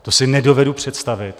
To si nedovedu představit.